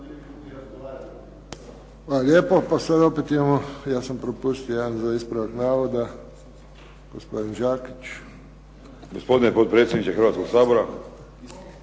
Hvala